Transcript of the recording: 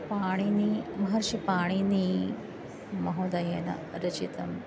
पाणिनी महर्षिपाणिनि महोदयेन रचितम्